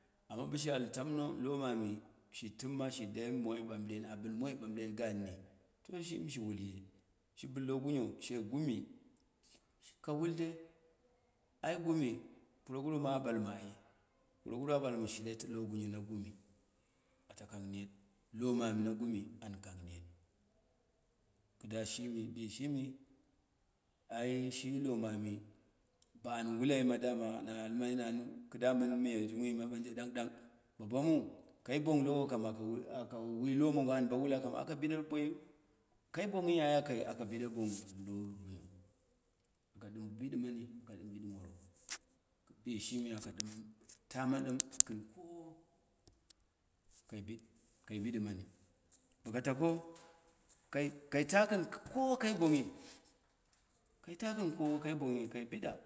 Ama boshi al tamno, lomomi shi tɨmna shi dai moi ɓambren, a bɨn moi ɓambren gaurni, to shimi shi wulyi, shi bɨn lo gunyo she gumi, ka wude ai gumi puroguru ma a ɓalmu ai, puroguru a balmu shiret lo lo gunyo ma gumi, ata kang net, lon onmi mɨna gumi an kang net, kɨda shimi, bishimi ai shi lo momi, bani wulai ma dama na almai nani, kɨda mɨn miyajungma banje ɗong ɗang, bebomni, kai bong lowo kam aka wi aka wi logomo an bo wula kɨm aka biɗe boyiu? Kai bonghi ai aka biɗe bang lo gunyo aka ɗɨm bɨɗɨ maw, aka ɗɨm bɨɗɨ mawu, bishimi aka ɗɨm tama ɗɨm kɨn kowo kai biɗɨ, kai bɨɗimani baka tako, kai ta kɨn bonghi kai bonghi kai biɗa.